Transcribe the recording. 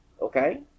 Okay